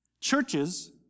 churches